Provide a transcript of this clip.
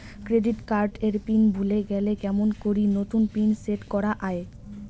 Credit card এর pin ভুলে গেলে কেমন করি নতুন পিন সেট করা য়ায়?